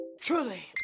truly